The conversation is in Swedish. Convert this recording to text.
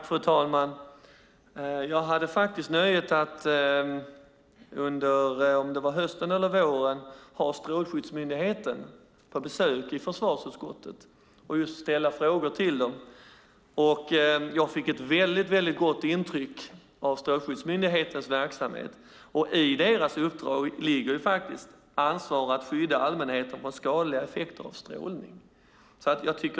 Fru talman! Jag hade nöjet att, om det nu var under hösten eller våren, ha Strålsäkerhetsmyndigheten på besök i försvarsutskottet och ställa frågor till dem. Jag fick ett väldigt gott intryck av Strålsäkerhetsmyndighetens verksamhet. I deras uppdrag ligger ett ansvar att skydda allmänheten från skadliga effekter av strålning.